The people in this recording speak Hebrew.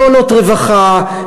מעונות רווחה,